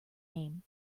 aim